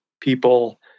people